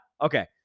Okay